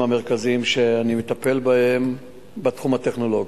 המרכזיים שאני מטפל בהם בתחום הטכנולוגי.